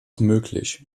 möglich